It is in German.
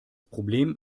problem